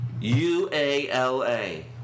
U-A-L-A